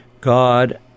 God